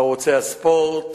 ערוצי הספורט,